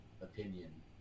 opinion